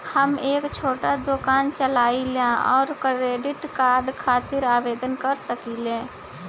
हम एक छोटा दुकान चलवइले और क्रेडिट कार्ड खातिर आवेदन कर सकिले?